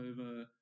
over